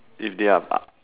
if they are